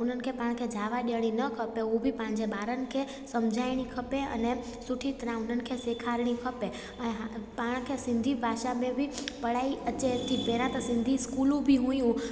उन्हनि खे पाण खे जावा ॾेअणी न खपे उहे बि पंहिंजे ॿारनि खे सम्झाइणी खपे अने सुठी तरह उन्हनि खे सेखारणी खपे ऐं पाण खे सिंधी भाषा खे बि पढ़ाई अचे थी पहिरियों त सिंधी स्कूलू बि हुयूं